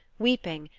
weeping,